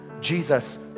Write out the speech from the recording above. Jesus